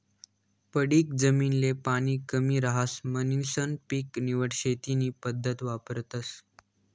पडीक जमीन ले पाणी कमी रहास म्हणीसन पीक निवड शेती नी पद्धत वापरतस